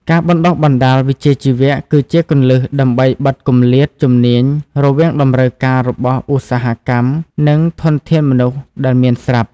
ការបណ្តុះបណ្តាលវិជ្ជាជីវៈគឺជាគន្លឹះដើម្បីបិទគម្លាតជំនាញរវាងតម្រូវការរបស់ឧស្សាហកម្មនិងធនធានមនុស្សដែលមានស្រាប់។